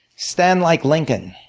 stand like lincoln.